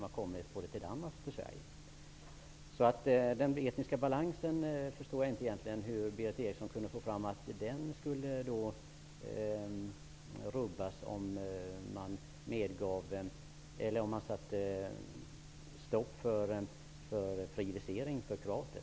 Jag förstår inte hur Berith Eriksson menar att den etniska balansen skulle rubbas om man satte stopp för fri visering för kroater.